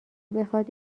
بخواد